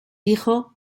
dijo